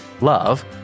love